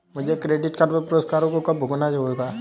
मुझे credit card पर पुरस्कारों को कब भुनाना चाहिए?